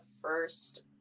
first